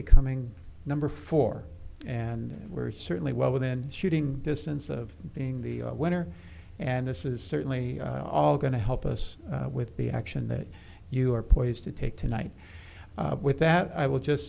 becoming number four and we're certainly well within shooting distance of being the winner and this is certainly all going to help us with the action that you are poised to take tonight with that i will just